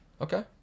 Okay